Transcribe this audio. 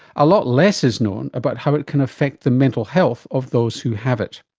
a lot less is known about how it can affect the mental health of those who have it.